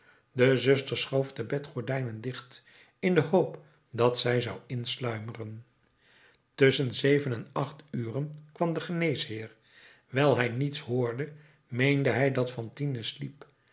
de zuster schoof de bedgordijnen dicht in de hoop dat zij zou insluimeren tusschen zeven en acht uren kwam de geneesheer wijl hij niets hoorde meende hij dat fantine sliep